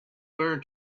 learn